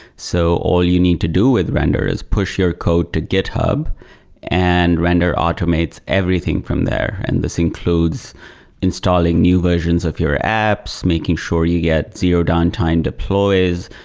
so all you need to do with render is push your code to github and render automates everything from there. and this includes installing new versions of your apps, making sure you get zero downtime deploys,